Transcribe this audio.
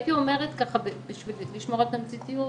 הייתי אומרת בשביל לשמור על תמציתיות